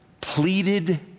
pleaded